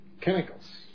Chemicals